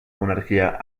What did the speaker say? monarquia